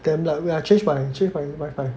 damn like wait I change my change my wifi